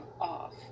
off